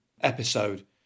episode